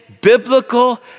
biblical